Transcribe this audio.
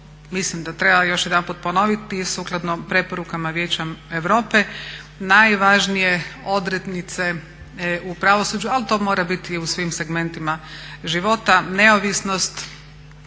mislim da treba još jedanput ponoviti, sukladno preporukama Vijeća Europe najvažnije odrednice u pravosuđu, ali to mora biti i u svim segmentima života, neovisnost,